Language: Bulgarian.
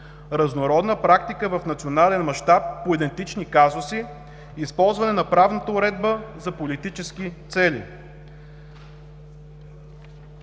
разнородна практика в национален мащаб по идентични казуси; и използване на правната уредба за политически цели.